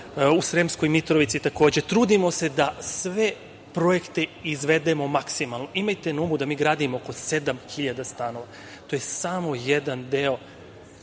u Sremskoj Mitrovici takođe. Trudimo se da sve projekte izvedemo maksimalno. Imajte na umu da mi gradimo oko 7.000 stanova. To je samo jedan deo